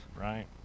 right